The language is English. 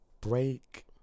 break